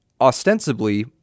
ostensibly